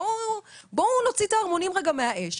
בואו נוציא את הערמונים רגע מהאש.